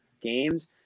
games